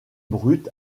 brut